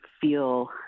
feel